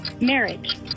Marriage